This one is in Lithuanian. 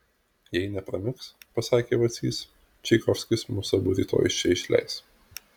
jei nepramigs pasakė vacys čaikovskis mus abu rytoj iš čia išleis